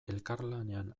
elkarlanean